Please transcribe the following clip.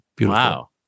wow